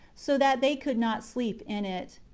so that they could not sleep in it.